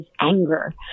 anger